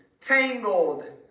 tangled